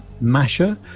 Masha